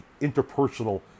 interpersonal